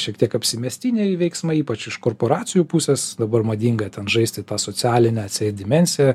šiek tiek apsimestiniai veiksmai ypač iš korporacijų pusės dabar madinga ten žaisti tą socialinę atseit dimensiją